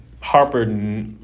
Harper